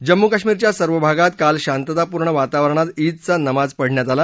जम्मू कश्मीरच्या सर्व भागात काल शांततापूर्ण वातावरणात ईदचा नमाज पढण्यात आला